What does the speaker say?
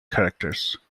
characters